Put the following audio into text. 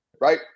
right